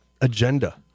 agenda